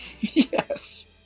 Yes